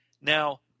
Now